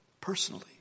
personally